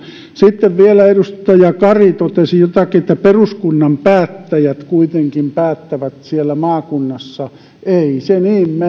sitten vielä edustaja kari totesi jotakin että peruskunnan päättäjät kuitenkin päättävät siellä maakunnassa ei se